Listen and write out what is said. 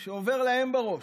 שעובר להם בראש.